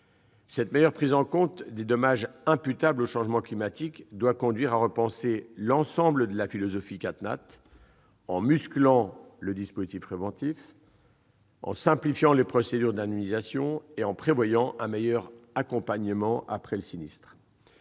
Cette meilleure prise en compte des dommages imputables au changement climatique doit conduire à repenser l'ensemble de la philosophie du régime « CatNat », en musclant le dispositif préventif, en simplifiant les procédures d'indemnisation et en prévoyant un meilleur accompagnement après le sinistre.